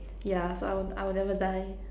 yeah so I will I will never die